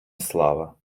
слава